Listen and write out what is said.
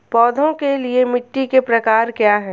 पौधों के लिए मिट्टी के प्रकार क्या हैं?